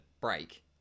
break